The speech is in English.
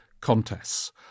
contests